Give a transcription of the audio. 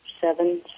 seven